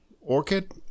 orchid